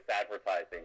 advertising